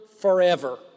forever